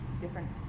different